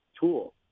tool